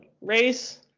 Race